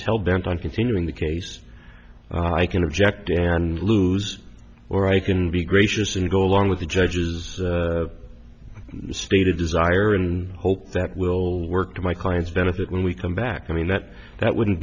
is hell bent on continuing the case i can object and lose or i can be gracious and go along with the judge's stated desire and hope that will work to my client's benefit when we come back i mean that that wouldn't